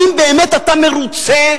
האם באמת אתה מרוצה,